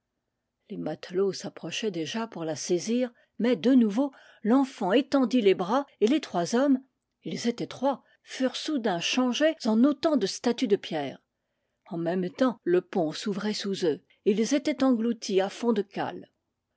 les matelots s'approchaient déjà pour la saisir mais de nouveau l'enfant étendit les bras et les trois hommes ils étaient trois furent soudain changés en autant de statues de pierre en même temps le pont s'ouvrait sous eux et ils étaient engloutis à fond de cale